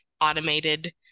automated